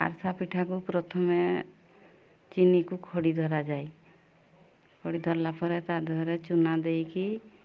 ଆରିଷା ପିଠାକୁ ପ୍ରଥମେ ଚିନିକୁ ଖଡ଼ି ଧରାଯାଏ ଖଡ଼ି ଧରିଲା ପରେ ତା ଦେହରେ ଚୂନା ଦେଇକି